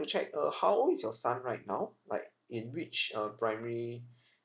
to check uh how old is your son right now like in which um primary